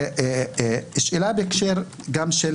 שאלה גם בהקשר של